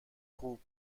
خوب